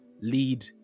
lead